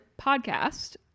podcast